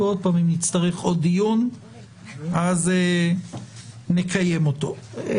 ואם נצטרך עוד דיון אז נקיים אותו.